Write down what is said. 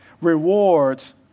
rewards